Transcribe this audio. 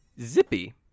zippy